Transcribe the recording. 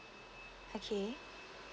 okay